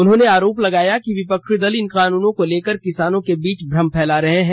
उन्होंने आरोप लगाया कि विपक्षी दल इन कानूनों को लेकर किसानों के बीच भ्रम फैला रहे हैं